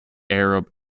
arab